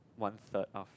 one third of